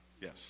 Yes